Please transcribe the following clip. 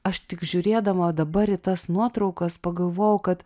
aš tik žiūrėdama va dabar į tas nuotraukas pagalvojau kad